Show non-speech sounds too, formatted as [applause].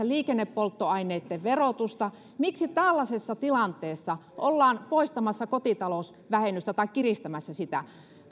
[unintelligible] liikennepolttoaineitten verotusta miksi tällaisessa tilanteessa ollaan poistamassa kotitalousvähennystä tai kiristämässä sitä